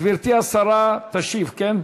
גברתי השרה תשיב, כן?